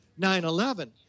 9/11